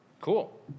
cool